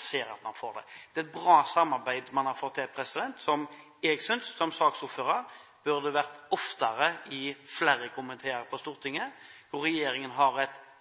sitt. Det er et bra samarbeid man har fått til, som jeg som saksordfører synes burde skjedd oftere i flere komiteer på Stortinget, og at regjeringen har et